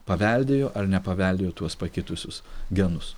paveldėjo ar nepaveldėjo tuos pakitusius genus